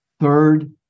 Third